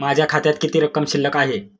माझ्या खात्यात किती रक्कम शिल्लक आहे?